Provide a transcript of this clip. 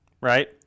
right